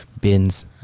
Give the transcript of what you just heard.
bins